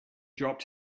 dropped